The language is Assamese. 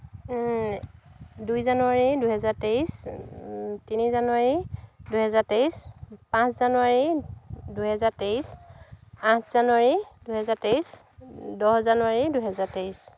দুই জানুৱাৰী দুহেজাৰ তেইছ তিনি জানুৱাৰী দুহেজাৰ তেইছ পাঁচ জানুৱাৰী দুহেজাৰ তেইছ আঠ জানুৱাৰী দুহেজাৰ তেইছ দহ জানুৱাৰী দুহেজাৰ তেইছ